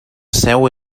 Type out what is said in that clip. seu